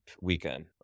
weekend